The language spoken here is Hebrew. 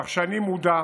כך שאני מודע,